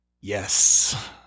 Yes